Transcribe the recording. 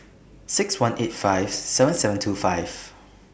six one eight five seven seven two five